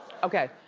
okay.